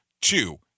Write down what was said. two